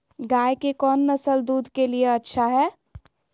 गाय के कौन नसल दूध के लिए अच्छा है?